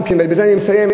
ובזה אני מסיים,